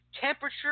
temperature